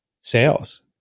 sales